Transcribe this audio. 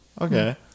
okay